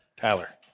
Tyler